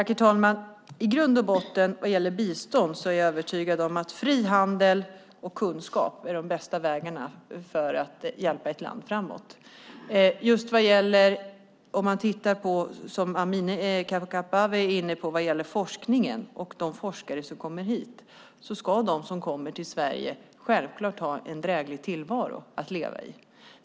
Herr talman! Vad gäller bistånd är jag i grund och botten övertygad om att frihandel och kunskap är de bästa vägarna för att hjälpa ett land framåt. De forskare som kommer till Sverige ska självklart ha en dräglig tillvaro att leva i.